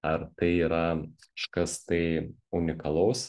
ar tai yra kažkas tai unikalaus